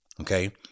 okay